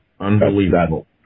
Unbelievable